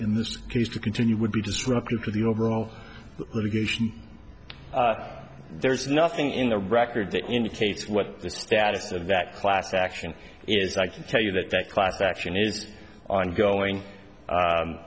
in this case to continue would be disruptive to the overall litigation there's nothing in the record that indicates what the status of that class action is i can tell you that that class action is ongoing